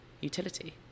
utility